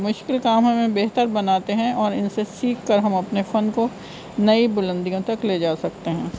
مشکل کام ہمیں بہتر بناتے ہیں اور ان سے سیکھ کر ہم اپنے فن کو نئی بلندیوں تک لے جا سکتے ہیں